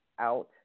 out